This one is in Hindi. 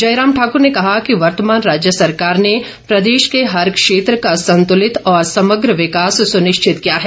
जयराम ठाकुर ने कहा कि वर्तमान राज्य सरकार ने प्रदेश के हर क्षेत्र का संतूलित और समग्र विकास सुनिश्चित किया है